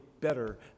better